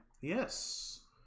Yes